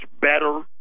better